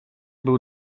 był